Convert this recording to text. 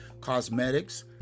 cosmetics